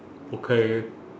okay